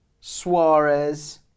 Suarez